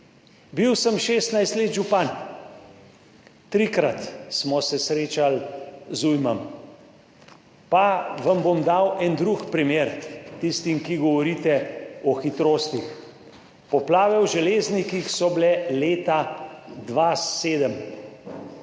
Bil sem 16 let župan, trikrat smo se srečali z ujmami. Pa vam bom dal en drug primer tistim, ki govorite o hitrostih. Poplave v Železnikih so bile leta 2007.